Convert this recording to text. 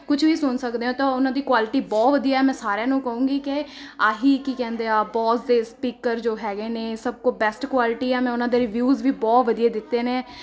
ਕੁਛ ਵੀ ਸੁਣ ਸਕਦੇ ਹੋ ਤਾਂ ਉਹਨਾਂ ਦੀ ਕੁਆਲਟੀ ਬਹੁਤ ਵਧੀਆ ਮੈਂ ਸਾਰਿਆਂ ਨੂੰ ਕਹੂੰਗੀ ਕਿ ਆਹੀ ਕੀ ਕਹਿੰਦੇ ਆ ਬੋਜ਼ ਦੇ ਸਪੀਕਰ ਜੋ ਹੈਗੇ ਨੇ ਸਭ ਕੋ ਬੈਸਟ ਕੁਆਲਿਟੀ ਆ ਮੈਂ ਉਹਨਾਂ ਦੇ ਰਿਵਿਊਜ਼ ਵੀ ਬਹੁਤ ਵਧੀਆ ਦਿੱਤੇ ਨੇ